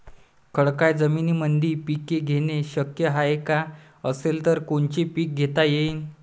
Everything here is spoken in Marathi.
खडकाळ जमीनीमंदी पिके घेणे शक्य हाये का? असेल तर कोनचे पीक घेता येईन?